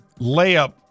layup